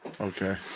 Okay